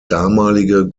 damalige